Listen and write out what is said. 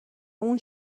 اون